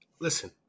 listen